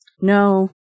No